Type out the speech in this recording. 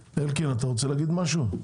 אלקין, אתה רוצה להגיד משהו?